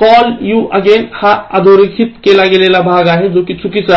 call you again हा भाग अधोरेखित केला आहे जो कि चुकीचा आहे